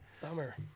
bummer